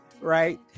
right